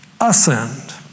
ascend